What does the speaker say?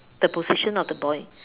the position of the boy